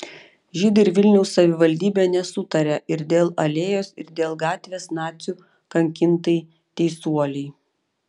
žydai ir vilniaus savivaldybė nesutaria ir dėl alėjos ir dėl gatvės nacių kankintai teisuolei